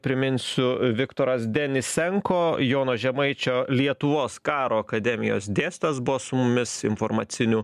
priminsiu viktoras denisenko jono žemaičio lietuvos karo akademijos dėstytojas buvo su mumis informacinių